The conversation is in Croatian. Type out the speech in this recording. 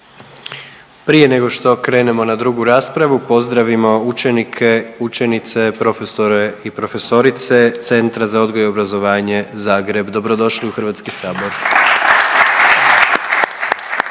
Prije nego što krenemo na drugu raspravu pozdravimo učenike, učenice, profesore i profesorice Centra za odgoj i obrazovanje Zagreb. Dobro došli u Hrvatski sabor.